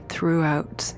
throughout